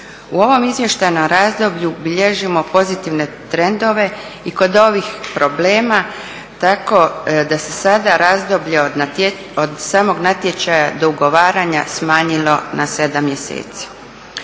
U ovom izvještajnom razdoblju bilježimo pozitivne trendove i kod ovih problema tako da se sada razdoblje od samog natječaja do ugovaranja smanjilo na 7 mjeseci.